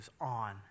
on